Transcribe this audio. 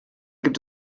gibt